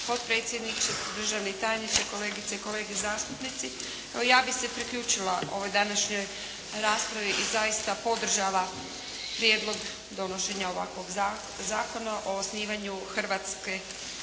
potpredsjedniče, državni tajniče, kolegice i kolege zastupnici. Evo ja bih se priključila ovoj današnjoj raspravi i zaista podržala prijedlog donošenja ovakvog Zakona o osnivanju hrvatske